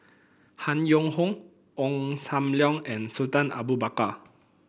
Han Yong Hong Ong Sam Leong and Sultan Abu Bakar